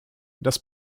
das